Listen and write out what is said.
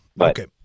Okay